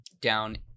down